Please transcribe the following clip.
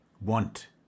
want